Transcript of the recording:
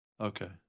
Okay